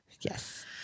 Yes